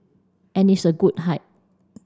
and it's a good height